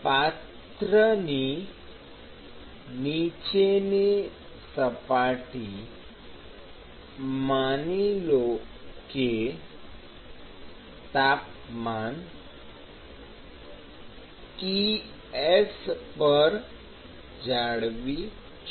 પાત્રની નીચેની સપાટી માની લો કે તાપમાન Ts પર જાળવી છે